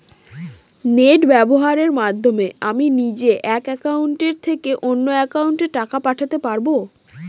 Net ব্যবহারের মাধ্যমে আমি নিজে এক অ্যাকাউন্টের থেকে অন্য অ্যাকাউন্টে টাকা পাঠাতে পারব?